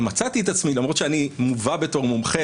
ומצאתי את עצמי למרות שאני מובא בתור מומחה